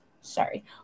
sorry